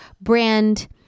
brand